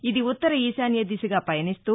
ఇది ఉత్తర ఈశాన్య దిశగా పయనిస్తూ